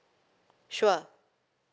sure